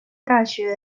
大学